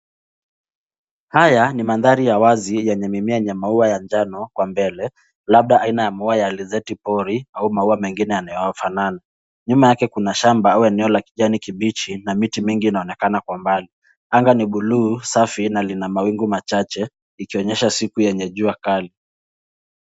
Haya ni mandhari ya wazi yenye mimea yenye maua ya njano kwa mbele, labda aina ya maua ya alizeti kori au maua mengine yanayofanana. Nyuma yake kuna shamba au eneo la kijani kibichi na miti mingi inayoonekana kwa mbali. Anga ni buluu, safi, na lina mawingu machache, ikionyesha siku yenye jua kali.